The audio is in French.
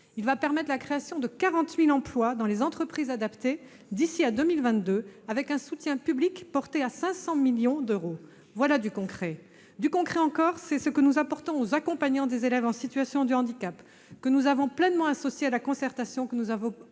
Il va permettre la création de 40 000 emplois dans les entreprises adaptées d'ici à 2022, avec un soutien public porté à 500 millions d'euros. Voilà du concret ! Du concret, c'est aussi ce que nous apportons aux accompagnants des élèves en situation de handicap. Nous les avons pleinement associés à la concertation sur l'école